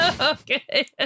Okay